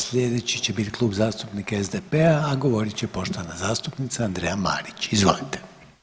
Sljedeći će biti Klub zastupnika SDP-a a govorit će poštovana zastupnica Andreja Marić, izvolite.